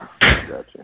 Gotcha